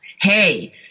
hey